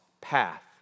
path